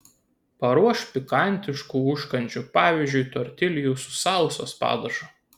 paruošk pikantiškų užkandžių pavyzdžiui tortiljų su salsos padažu